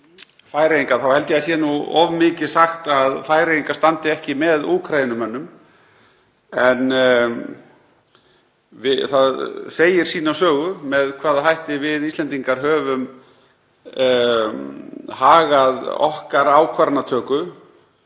Færeyinga þá held ég að það sé nú of mikið sagt að Færeyingar standi ekki með Úkraínumönnum en það segir sína sögu með hvaða hætti við Íslendingar höfum hagað okkar ákvarðanatöku